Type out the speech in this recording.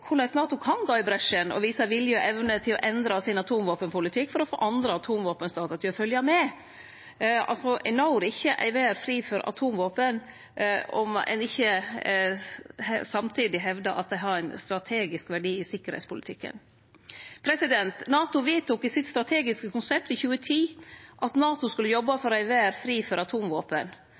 korleis NATO kan gå i bresjen og vise vilje og evne til å endre atomvåpenpolitikken sin for å få andre atomvåpenstatar til å følgje med. Ein når ikkje ei verd fri for atomvåpen om ein ikkje samtidig hevdar at det har ein strategisk verdi i tryggingspolitikken. NATO vedtok i det strategiske konseptet sitt i 2010 at NATO skulle jobbe for ei verd fri for atomvåpen,